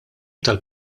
tal